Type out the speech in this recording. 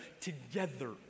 Together